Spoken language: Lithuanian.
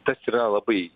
tas yra labai